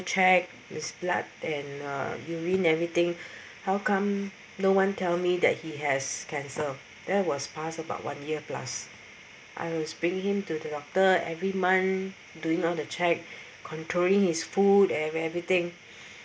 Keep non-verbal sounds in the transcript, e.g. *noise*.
check his blood and uh urine everything how come no one tell me that he has cancer there was passed about one year plus I was bringing him to the doctor every month doing all the check controlling his food and everything *breath*